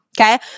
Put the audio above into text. Okay